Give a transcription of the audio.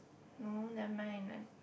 no never mind I